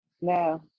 No